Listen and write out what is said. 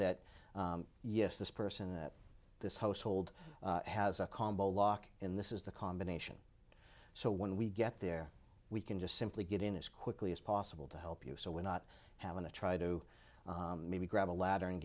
that yes this person this household has a combo lock in this is the combination so when we get there we can just simply get in as quickly as possible to help you so we're not having to try to maybe grab a ladder and